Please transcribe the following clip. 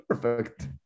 Perfect